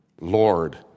Lord